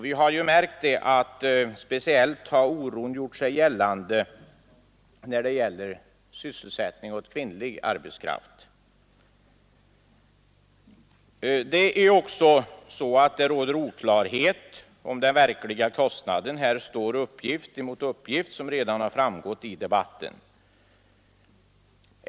Vi har märkt att oron speciellt har gjort sig gällande beträffande sysselsättning åt kvinnlig arbetskraft. Vidare råder oklarhet om den verkliga kostnaden. Här står uppgift mot uppgift, såsom redan framgått i debatten.